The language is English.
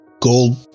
gold